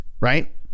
Right